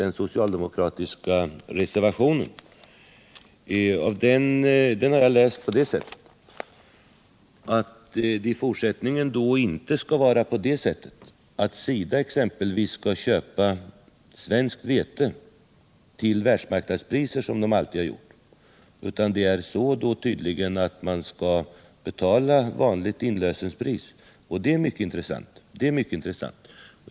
Jag har fattat reservationen på det sättet att exempelvis SIDA i fortsättningen inte skall köpa svenskt vete till världsmarknadspriser, som SIDA tidigare alltid har gjort, utan man skall tydligen betala vanligt inlösenpris. Det är mycket intressant.